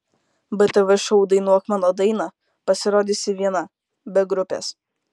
btv šou dainuok mano dainą pasirodysi viena be grupės